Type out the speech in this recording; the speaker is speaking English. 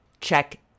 check